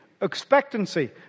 expectancy